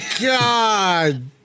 god